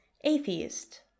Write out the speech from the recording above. atheist